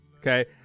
Okay